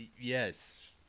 Yes